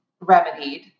remedied